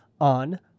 on